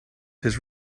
his